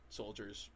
soldiers